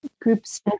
groups